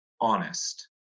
honest